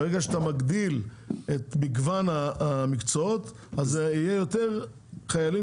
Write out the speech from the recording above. ברגע שאתה מגדיל את מגוון המקצועות יהיו יותר חיילים